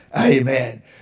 Amen